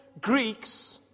Greeks